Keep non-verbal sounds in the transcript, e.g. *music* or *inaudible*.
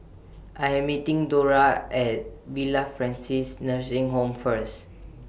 I Am meeting Dora At Villa Francis Nursing Home First *noise*